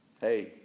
Hey